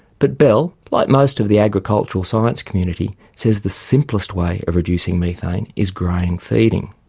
but bell, like most of the agricultural science community, says the simplest way of reducing methane is grain feeding,